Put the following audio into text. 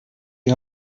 die